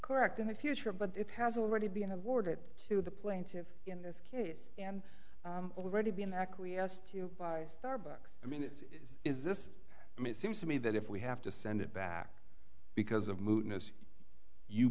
correct in the future but it has already been awarded to the plaintiffs in this case and already been acquiesced to by starbucks i mean it is this it seems to me that if we have to send it back because of